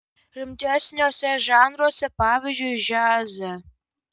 rimtesniuose žanruose pavyzdžiui džiaze